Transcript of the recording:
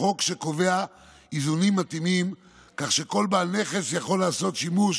חוק שקובע איזונים מתאימים כך שכל בעל נכס יכול לעשות שימוש